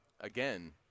again